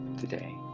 today